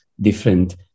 different